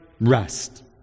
rest